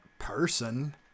person